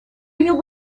имел